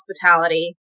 hospitality